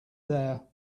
there